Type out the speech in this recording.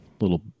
little